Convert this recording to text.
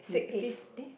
six fifth eh